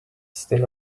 still